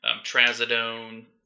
trazodone